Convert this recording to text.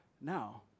Now